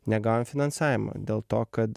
negavom finansavimo dėl to kad